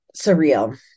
surreal